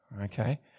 okay